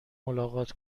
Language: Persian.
ملاقات